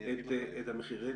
את המחירים?